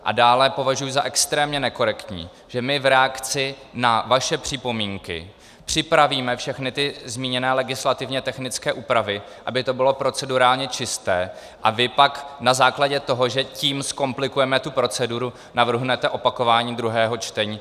A dále považuji za extrémně nekorektní, že my v reakci na vaše připomínky připravíme všechny zmíněné legislativně technické úpravy, aby to bylo procedurálně čisté, a vy pak na základě toho, že tím zkomplikujeme proceduru, navrhnete opakování druhého čtení.